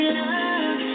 love